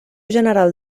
general